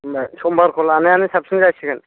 होम्बा समबारखौ लानायानो साबसिन जासिगोन